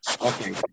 okay